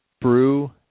brew